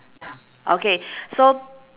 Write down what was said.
okay so